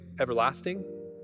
everlasting